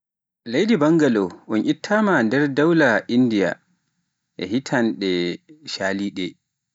Leydi Bangalo un ittaama nder daula Indiya e der hitande shalinde.